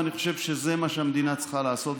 ואני חושב שזה מה שהמדינה צריכה לעשות.